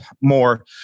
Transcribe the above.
more